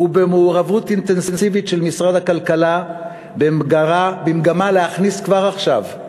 ובמעורבות אינטנסיבית של משרד הכלכלה במגמה להכניס כבר עכשיו,